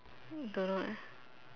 don't know leh